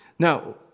Now